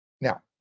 Now